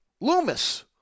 Loomis